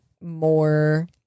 more